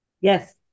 Yes